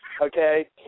okay